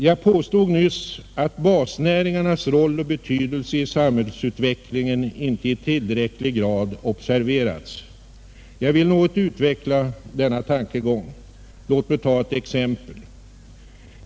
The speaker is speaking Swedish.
Jag påstod nyss att basnäringarnas roll och betydelse i samhällsutvecklingen inte i tillräcklig grad observerats. Jag vill något utveckla denna tankegång. Låt mig ta ett exempel.